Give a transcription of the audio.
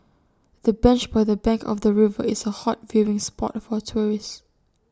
the bench by the bank of the river is A hot viewing spot for tourists